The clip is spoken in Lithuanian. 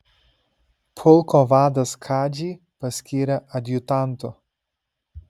pulko vadas kadžį paskyrė adjutantu